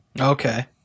Okay